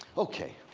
okay.